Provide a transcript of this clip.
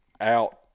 out